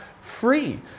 free